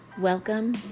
welcome